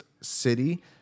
city